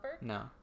No